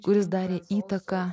kuris darė įtaką